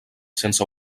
sense